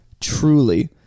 truly